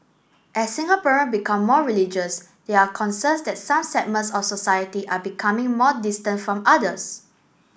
as Singaporean become more religious there are concerns that some segments of society are becoming more distant from others